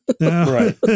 Right